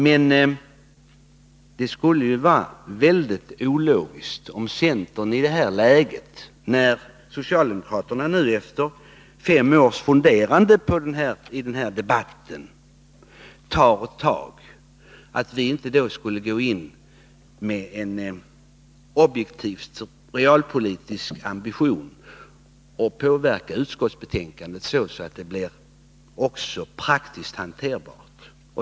Men det skulle vara mycket ologiskt om centern i det här läget, när socialdemokraterna efter fem års funderande på den här frågan tar tag i ärendet, inte gick in med en objektiv realpolitisk ambition att påverka utskottsbetänkandet så att det också blir praktiskt hanterbart.